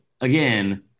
again